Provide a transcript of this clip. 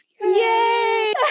Yay